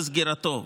בסגירתו,